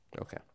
Okay